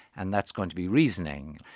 and that's going to be reasoning.